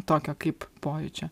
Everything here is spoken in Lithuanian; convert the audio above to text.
tokio kaip pojūčio